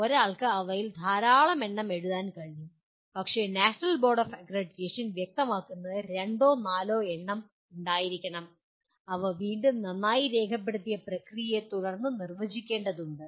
ഒരാൾക്ക് അവയിൽ ധാരാളം എണ്ണം എഴുതാൻ കഴിയും പക്ഷേ നാഷണൽ ബോർഡ് ഓഫ് അക്രഡിറ്റേഷൻ വ്യക്തമാക്കുന്നത് രണ്ടോ നാലോ എണ്ണം ഉണ്ടായിരിക്കണം അവ വീണ്ടും നന്നായി രേഖപ്പെടുത്തിയ പ്രക്രിയയെ തുടർന്ന് നിർവചിക്കേണ്ടതുണ്ട്